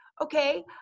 okay